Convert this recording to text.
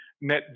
net